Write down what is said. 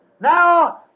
Now